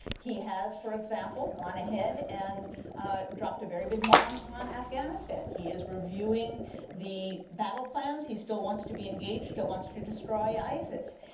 he has, for example, gone ahead and dropped a very big bomb on afghanistan. he is reviewing the battle plans. he still wants to be engaged and wants to destroy isis.